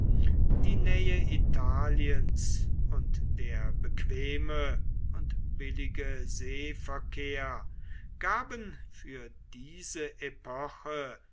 die nähe italiens und der bequeme und billige seeverkehr gaben für diese epoche